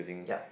yup